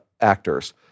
actors